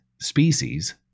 species